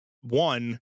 one